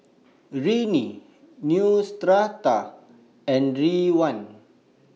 Rene Neostrata and Ridwind